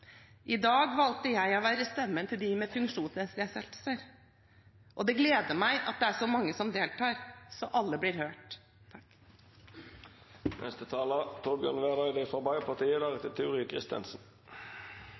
I dag valgte jeg å være stemmen til dem med funksjonsnedsettelser. Det gleder meg at det er så mange som deltar, så alle blir hørt.